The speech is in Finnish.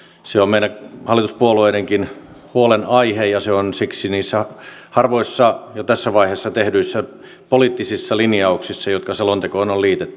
se on meidän hallituspuolueidenkin huolenaihe ja se on siksi niissä harvoissa jo tässä vaiheessa tehdyissä poliittisissa linjauksissa jotka selontekoon on liitetty